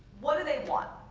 what do they want?